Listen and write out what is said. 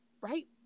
right